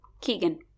Keegan